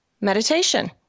meditation